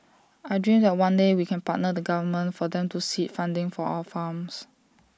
I dream that one day we can partner the government for them to seed funding for our farms